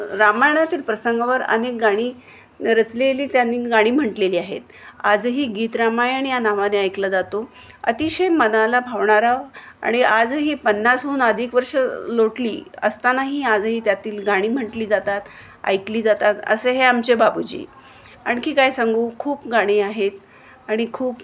रामायणातील प्रसंगावर अनेक गाणी रचलेली त्यांनी गाणी म्हटलेली आहेत आजही गीत रामायण या नावाने ऐकला जातो अतिशय मनाला भावणारा आणि आजही पन्नासहून अधिक वर्ष लोटली असतानाही आजही त्यातील गाणी म्हटली जातात ऐकली जातात असे हे आमचे बाबूजी आणखी काय सांगू खूप गाणी आहेत आणि खूप